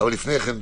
אבל לפני כן,